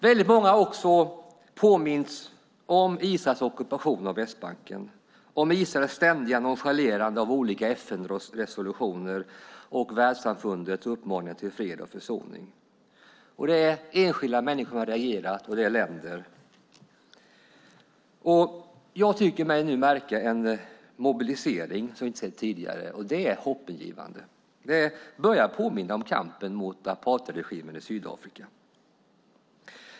Väldigt många har också påmints om Israels ockupation av Västbanken, Israels ständiga nonchalerande av olika FN-resolutioner och världssamfundets uppmaningar till fred och försoning. Det är enskilda människor som har reagerat. Även länder har reagerat. Jag tycker mig märka en mobilisering som vi inte har sett tidigare. Det är hoppingivande. Det börjar påminna om kampen mot apartheidregimen i Sydafrika.